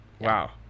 Wow